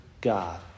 God